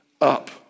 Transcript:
up